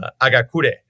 Agakure